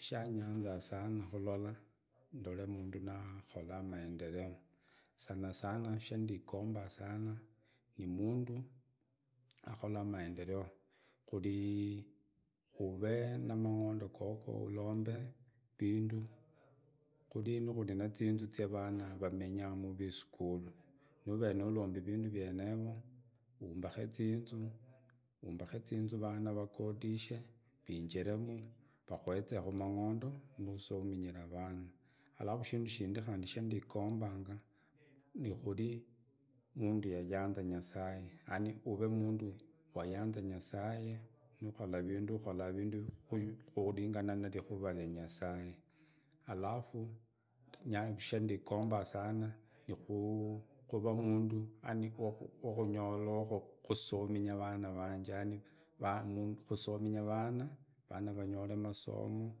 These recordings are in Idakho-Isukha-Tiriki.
Shanyana sana kulola ndolee mundu nakhola maendeleo sanasana shandigomba sana ni mundu akoraa maendeleo kurii aree na mangondo gogo urombe vindu kuri ina kuri ina kuri na ziinzu zya vana vamenyamu vi isukuru nivaa navere ulombi vindu vyenevo, umbake zinzu, umbake zinzu vana vagodishe vinjiremu yakwezenge mangondo, nusominyira vana. Alafu shindu shindi sha ndigomba ni kuri mundu ya yana nyasaye yani ule mundu yayanza nukhola vindu unola vindu kuringana na nikura rya nyasaye. Alafu shandigombasana nikura mundu yani wkusominya vana vanavanyole masomo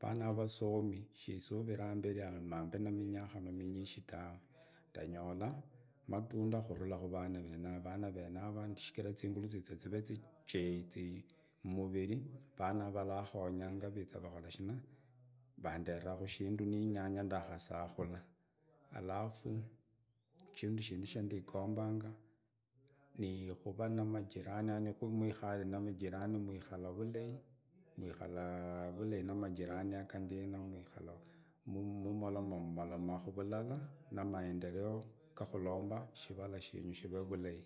vanara nivasomi stisurira amberia aoo mambe na minyakano minyishi tawe, ndanyola matunda kurula kuranavenaro shigira ingulu shizazize zichei zi mbiri vanara ralakhonga viza vukhola shina vanderaku shindu ninyanya ndakusakula. Alafu shindu shindig shandigombana nikura na majirani yani ku namwikare namajirani mwikala vulai mwikala vulai na majirani yaga ndina nimumoloma mumuloma alala na maendeleo gakulomba shivala sheru shive vulai.